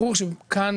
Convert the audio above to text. ברור שכאן,